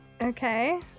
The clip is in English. Okay